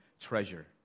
treasure